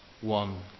one